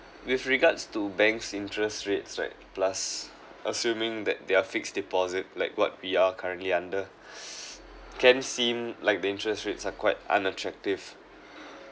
with regards to banks interest rates right plus assuming that they are fixed deposit like what we are currently under can seem like the interest rates are quite unattractive